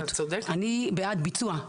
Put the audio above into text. אני בעד ביצוע.